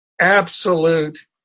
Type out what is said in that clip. absolute